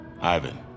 Ivan